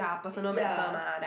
uh ya